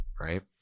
Right